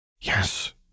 Yes